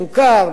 סוכר,